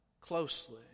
closely